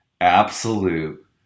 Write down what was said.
Absolute